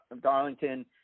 Darlington